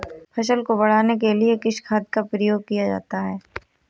फसल को बढ़ाने के लिए किस खाद का प्रयोग किया जाता है?